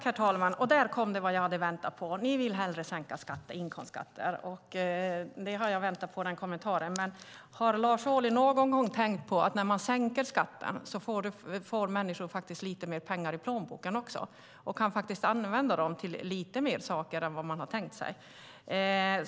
Herr talman! Och där kom det jag hade väntat på: Ni vill hellre sänka inkomstskatter. Den kommentaren har jag väntat på. Men har Lars Ohly någon gång tänkt på att när man sänker skatten får människor lite mer pengar i plånboken och kan använda dem till lite mer saker än vad de hade tänkt sig?